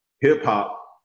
hip-hop